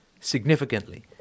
significantly